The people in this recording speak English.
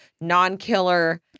non-killer